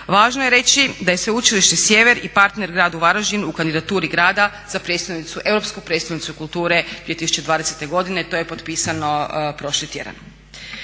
važno je reći da je Sveučilište Sjever i partner gradu Varaždinu u kandidaturi grada za europsku prijestolnicu kulture 2020.godine to je potpisano prošli tjedan.